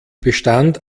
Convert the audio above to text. bestand